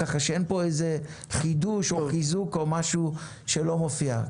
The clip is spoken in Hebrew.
כך שאין פה איזה חידוש או חיזוק או משהו שלא מופיע.